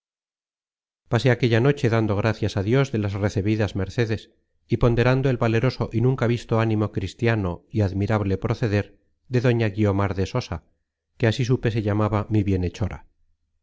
pasé aquella noche dando gracias a dios de las recebidas mercedes y ponderando el valeroso y nunca visto ánimo cristiano y admirable proceder de doña guiomar de sosa que así supe se llamaba mi bienhechora salí por